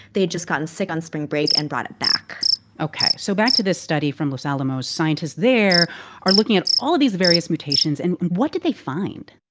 they had just gotten sick on spring break and brought it back ok. so back to this study from los alamos. scientists there are looking at all of these various mutations. and what did they find?